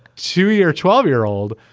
two year twelve year old.